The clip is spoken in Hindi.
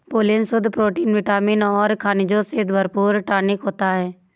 पोलेन शुद्ध प्रोटीन विटामिन और खनिजों से भरपूर टॉनिक होता है